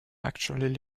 actually